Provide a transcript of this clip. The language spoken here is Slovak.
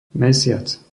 mesiac